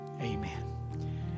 amen